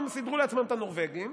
הם סידרו לעצמם את הנורבגים.